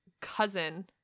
cousin